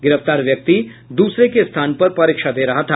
गिरफ्तार व्यक्ति दूसरे के स्थान पर परीक्षा दे रहा था